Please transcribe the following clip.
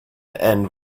end